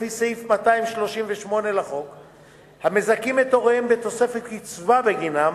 הם מזכים את הוריהם בתוספת קצבה בגינם,